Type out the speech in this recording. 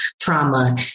trauma